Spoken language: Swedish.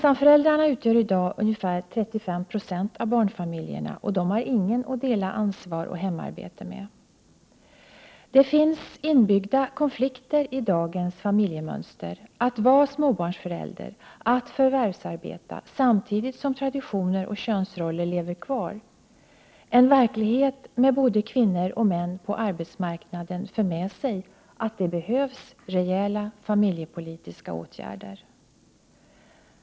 Ensamföräldrarna utgör i dag ca 35 Jo av barnfamiljerna, och de har ingen att dela ansvar och hemarbete med. Det finns inbyggda konflikter i dagens familjemönster, nämligen att vara småbarnsförälder och att förvärvsarbeta samtidigt som traditioner och könsroller lever kvar. En verklighet med både kvinnor och män på arbetsmarknaden för med sig att det behövs rejäla familjepolitiska åtgärder.